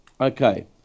Okay